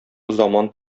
заман